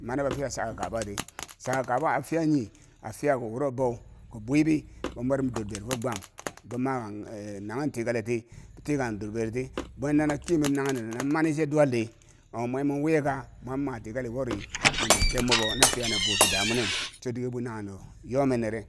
Mani bofiya chaka kabati chaka kaba afiya nyi afiyaki woro bebou ki bwibi bimwerob dur ber fo gwam boma kan eh naghen tikalit tii be tii kan dor bero ti bwetana kemer nanghero no mani che duwal di ho- mwe mo wiyeka mon matika li wori nini kebmwebo na fiya na bwuu ti da monen cho dike bwi nanghendo wo yomen nere